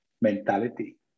mentality